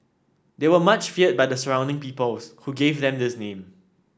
they were much feared by the surrounding peoples who gave them this name